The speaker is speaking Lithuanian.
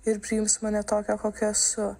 ir priims mane tokią kokia esu